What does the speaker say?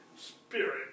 Spirit